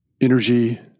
energy